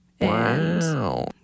wow